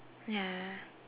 ya